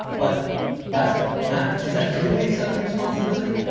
but that's not is that truly accepting responsibility?